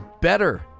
better